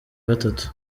gatatu